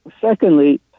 secondly